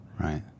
Right